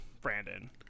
Brandon